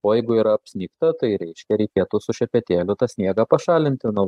o jeigu yra apsnigta tai reiškia reikėtų su šepetėliu tą sniegą pašalinti nuo